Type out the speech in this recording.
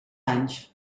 anys